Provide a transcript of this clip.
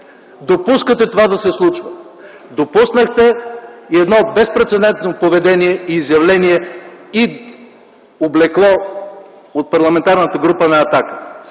допускате да се случи това? Допуснахте и едно безпрецедентно поведение и изявление, и облекло от Парламентарната група на „Атака”.